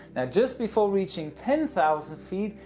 now, just before reaching ten thousand feet,